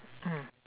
mm